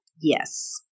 Yes